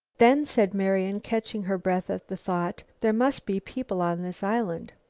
then, said marian, catching her breath at the thought, there must be people on this island.